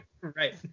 right